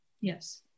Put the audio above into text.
Yes